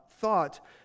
thought